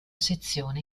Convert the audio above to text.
sezione